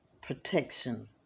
protection